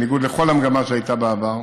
בניגוד לכל המגמה שהייתה בעבר,